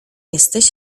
jesteś